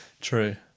True